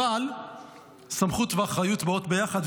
אבל סמכות ואחריות באות ביחד,